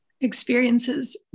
experiences